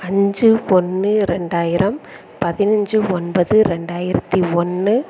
அஞ்சு ஒன்று ரெண்டாயிரம் பதினஞ்சு ஒன்பது ரெண்டாயிரத்தி ஒன்று